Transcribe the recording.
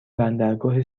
بندرگاه